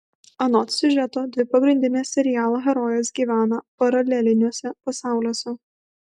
anot siužeto dvi pagrindinės serialo herojės gyvena paraleliniuose pasauliuose